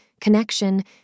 connection